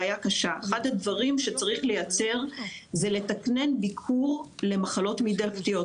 אחד הדברים שצריך לייצר זה לתקנן ביקור למחלות מעי דלקתיות,